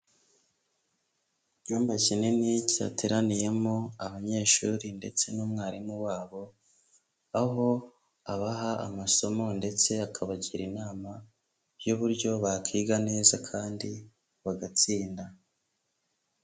Icyumba kinini cyateraniyemo abanyeshuri ndetse n'umwarimu wabo, aho abaha amasomo ndetse akabagira inama y'uburyo bakiga neza kandi bagatsinda.